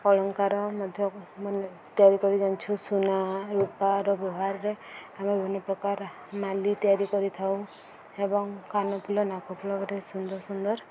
ଅଳଙ୍କାର ମଧ୍ୟ ମାନେ ତିଆରି କରି ଜାଣିଛୁ ସୁନା ରୂପା ର ବ୍ୟବହାରରେ ଆମେ ବିଭିନ୍ନ ପ୍ରକାର ମାଲି ତିଆରି କରିଥାଉ ଏବଂ କାନଫୁଲ ନାକ ଫୁଲରେ ସୁନ୍ଦର ସୁନ୍ଦର